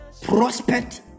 Prospect